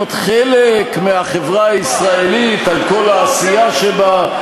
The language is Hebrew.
חלק מהחברה הישראלית על כל העשייה שלה.